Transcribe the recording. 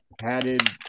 padded